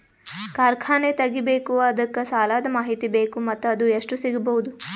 ಕಾರ್ಖಾನೆ ತಗಿಬೇಕು ಅದಕ್ಕ ಸಾಲಾದ ಮಾಹಿತಿ ಬೇಕು ಮತ್ತ ಅದು ಎಷ್ಟು ಸಿಗಬಹುದು?